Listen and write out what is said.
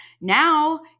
Now